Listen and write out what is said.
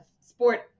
sport